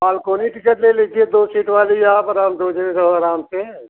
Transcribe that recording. balcony ticket ले लीजिए दो सीट वाली आप आराम आराम से